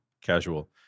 casual